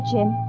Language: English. Jim